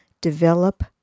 develop